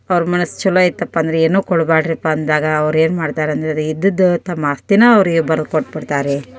ಅವ್ರ ಮನಸ್ಸು ಛಲೋ ಇತಪ್ಪ ಅಂದ್ರೆ ಏನು ಕೊಡ ಬೇಡ್ರಪ್ಪ ಅಂದಾಗ ಅವ್ರು ಏನು ಮಾಡ್ತಾರೆ ಅಂದರೆ ರೀ ಇದ್ದದ್ದು ತಮ್ಮ ಆಸ್ತಿನೆ ಅವರಿಗೆ ಬರ್ದು ಕೊಟ್ಟು ಬಿಡ್ತಾರೆ